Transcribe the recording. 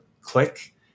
click